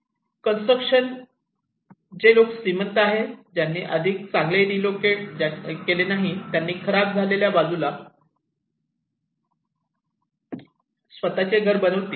construction जे लोक श्रीमंत आहेत ज्यानी अधिक चांगले रीलोकेट केले नाही त्यांनी खराब झालेल्या बाजूला स्वत चे घर बनवलीत